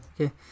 Okay